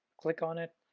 click on it.